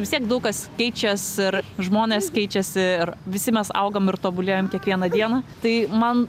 vis tiek daug kas keičias ir žmonės keičiasi ir visi mes augam ir tobulėjam kiekvieną dieną tai man